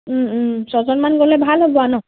ছজনমান গ'লে ভাল হ'ব আৰু ন